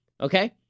Okay